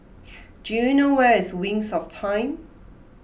do you know where is Wings of Time